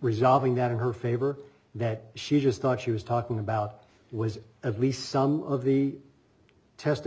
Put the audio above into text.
resolving that in her favor that she just thought she was talking about was at least some of the testing